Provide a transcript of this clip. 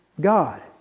God